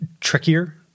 trickier